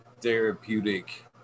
therapeutic